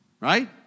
right